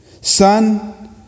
Son